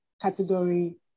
category